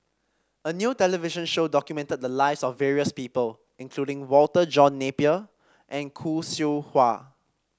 a new television show documented the lives of various people including Walter John Napier and Khoo Seow Hwa